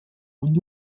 und